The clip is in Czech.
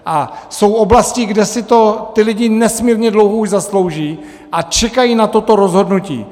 A jsou oblasti, kde si to už ti lidé nesmírně dlouho zaslouží a čekají na toto rozhodnutí.